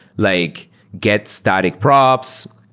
like get static props,